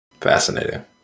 Fascinating